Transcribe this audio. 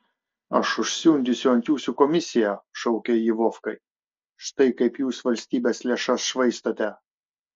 a užsiundysiu ant jūsų komisiją šaukė ji vovkai štai kaip jūs valstybės lėšas švaistote